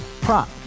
Prop